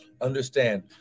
Understand